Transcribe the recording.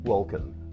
Welcome